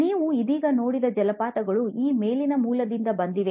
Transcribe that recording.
ನೀವು ಇದೀಗ ನೋಡಿದ ಜಲಪಾತಗಳು ಈ ಮೇಲಿನ ಮೂಲದಿಂದ ಬಂದಿವೆ